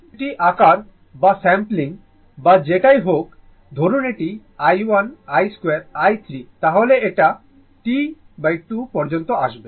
প্রতিটি আকার বা স্যাম্পলিং বা যেটাই হোক ধরুন এটি i1 I2 i3 তাহলে এটি T2 পর্যন্ত আসবে